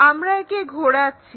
আমরা একে ঘোরাচ্ছি